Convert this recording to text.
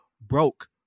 broke